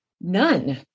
none